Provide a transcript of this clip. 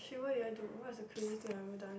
K what did I do what is the craziest thing that I ever done